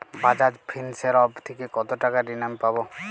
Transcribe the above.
Bajaj Finserv থেকে কতো টাকা ঋণ আমি পাবো?